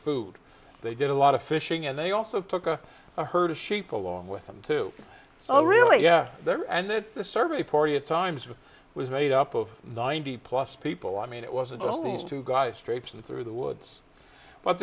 food they did a lot of fishing and they also took a herd of sheep along with him to zero really yeah there and then the survey party at times which was made up of ninety plus people i mean it wasn't all these two guys traipsing through the woods but